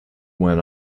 went